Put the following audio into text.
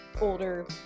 older